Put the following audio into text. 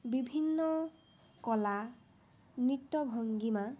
বিভিন্ন কলা নৃত্যভংগীমা